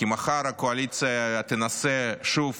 כי מחר הקואליציה תנסה שוב